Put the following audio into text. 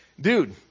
dude